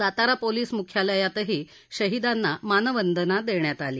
Satara police मुख्यालयातही शहीदांना मानवंदना देण्यात आली